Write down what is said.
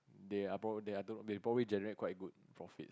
they are pro~ they are they probably generate quite good profits